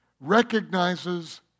recognizes